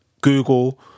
Google